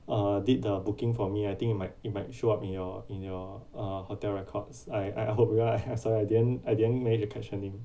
uh did the booking for me I think it might it might show up in your in your uh hotel records I I hope right uh sorry I didn't I didn't manage to catch her name